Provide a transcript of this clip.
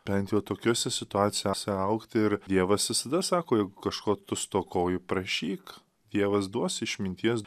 bent jau tokiose situacijose augti ir dievas visada sako jog kažko tu stokoji prašyk dievas duos išminties